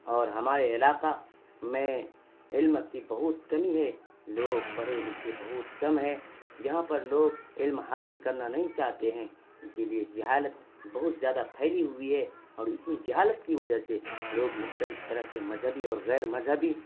اور ہمارے علاقہ میں علم کی بہت کمی ہے لوگ پڑھے لکھے بہت کم ہیں یہاں پر لوگ علم حاصل کرنا نہیں چاہتے ہیں اسی لیے جہالت بہت زیادہ پھیلی ہوئی ہے اور اسی جہالت کی وجہ سے لوگ مختلف طرح کے مذہبی اور غیرمذہبی